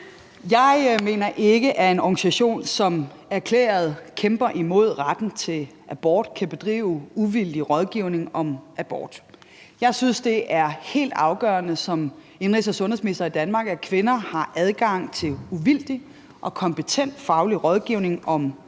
Jeg mener ikke, at en organisation, som erklæret kæmper imod retten til abort, kan bedrive uvildig rådgivning om abort. Jeg synes som indenrigs- og sundhedsminister, det er helt afgørende i Danmark, at kvinder har adgang til uvildig og kompetent faglig rådgivning om abort.